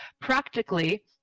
practically